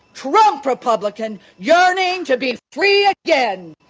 trump republican yearning to be free again.